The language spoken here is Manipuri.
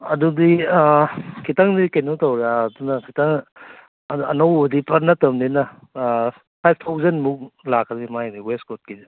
ꯑꯗꯨꯗꯤ ꯈꯤꯇꯪꯗꯤ ꯀꯩꯅꯣ ꯇꯧꯔꯦ ꯑꯅꯧꯕꯗꯤ ꯄꯥꯛ ꯅꯠꯇꯕꯅꯤꯅ ꯐꯥꯏꯕ ꯊꯥꯎꯖꯟꯃꯨꯛ ꯂꯥꯛꯀꯗꯣꯏꯅꯤ ꯃꯥꯏꯗꯤ ꯋꯦꯁ ꯀꯣꯠꯀꯤ